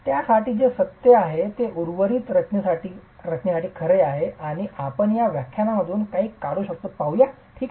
त्यासाठी जे सत्य आहे ते उर्वरित संरचनेसाठी खरे आहे आणि आपण या व्यायामामधून काही काढू शकतो का ते पाहूया ठीक आहे